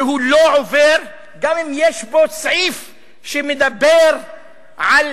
שלא עובר, גם אם יש בו סעיף שמדבר על